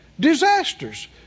Disasters